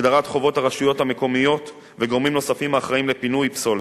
הגדרת חובות הרשויות המקומיות וגורמים נוספים האחראים לפינוי פסולת,